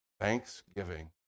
Thanksgiving